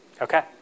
Okay